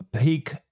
peak